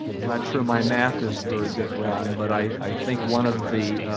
i'm not sure my math is very good, ron, but i think one of the